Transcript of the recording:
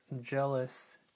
jealous